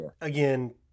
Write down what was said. again